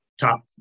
top